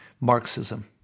Marxism